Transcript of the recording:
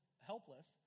helpless